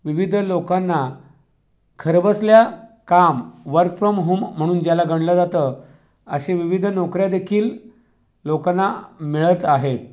विविध लोकांना घरबसल्या काम वर्क फ्रॉम होम म्हणून ज्याला गणलं जातं असे विविध नोकऱ्यादेखील लोकांना मिळत आहेत